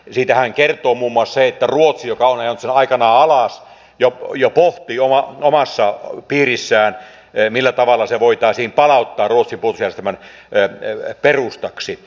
siitähän kertoo muun muassa se että ruotsi joka on ajanut sen aikanaan alas jo pohtii omassa piirissään millä tavalla se voitaisiin palauttaa ruotsin puolustusjärjestelmän perustaksi